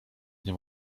nie